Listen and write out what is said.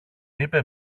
είπε